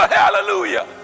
hallelujah